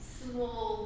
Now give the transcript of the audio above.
small